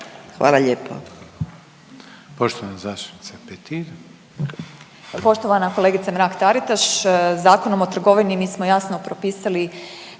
Hvala lijepo.